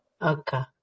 Okay